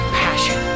passion